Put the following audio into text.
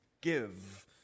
give